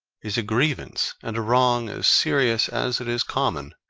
is a grievance and a wrong as serious as it is common,